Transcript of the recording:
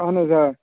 اَہن حظ آ